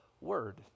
word